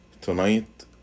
Tonight